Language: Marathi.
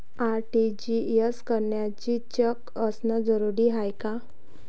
आर.टी.जी.एस करतांनी चेक असनं जरुरीच हाय का?